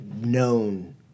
known